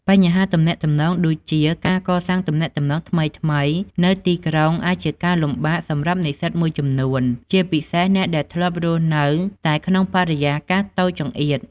បញ្ហាទំនាក់ទំនង ដូចជា ការកសាងទំនាក់ទំនងថ្មីៗនៅទីក្រុងអាចជាការលំបាកសម្រាប់និស្សិតមួយចំនួន ជាពិសេសអ្នកដែលធ្លាប់រស់នៅតែក្នុងបរិយាកាសតូចចង្អៀត។